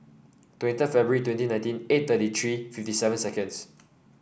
twenty five February twenty nineteen eight thirty three fifty seven seconds